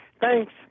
Thanks